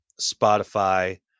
Spotify